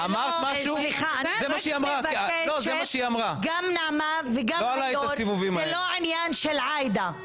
אני מבקשת, זה לא עניין של עאידה.